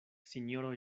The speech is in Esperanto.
sinjoro